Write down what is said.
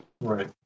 right